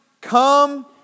Come